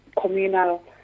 communal